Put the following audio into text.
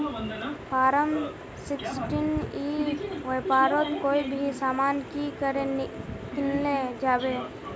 Form sixteen ई व्यापारोत कोई भी सामान की करे किनले जाबे?